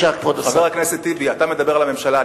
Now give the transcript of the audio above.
חבר הכנסת טיבי, אתה מדבר על הממשלה.